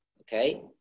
Okay